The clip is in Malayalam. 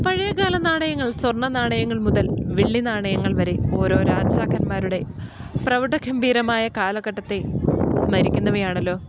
പഴയകാല നാണയങ്ങൾ സ്വർണ്ണ നാണയങ്ങൾ മുതൽ വെള്ളി നാണയങ്ങൾ വരെ ഓരോ രാജാക്കന്മാരുടെ പ്രൗഢഗംഭീരമായ കാലഘട്ടത്തെ സ്മരിക്കുന്നവയാണല്ലോ